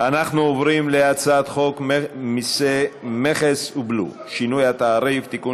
אנחנו עוברים להצעת חוק מסי מכס ובלו (שינוי התעריף) (תיקון,